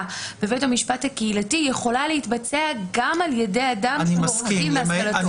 בבית המשפט הקהילתי יכולה להתבצע גם על ידי אדם שהוא עורך דין בהשכלתו.